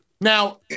Now